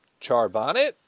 Charbonnet